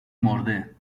مرده